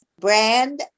brand